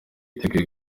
witeguye